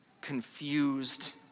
confused